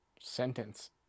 Sentence